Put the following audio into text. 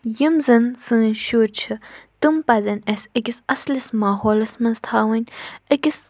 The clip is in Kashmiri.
یِم زَن سٲنۍ شُرۍ چھِ تِم پَزٮ۪ن اَسہِ أکِس اَصٕلِس ماحولَس منٛز تھاوٕنۍ أکِس